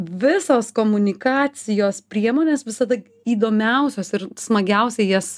visos komunikacijos priemonės visada įdomiausios ir smagiausia jas